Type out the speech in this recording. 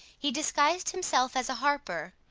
he disguised himself as a harper,